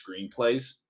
screenplays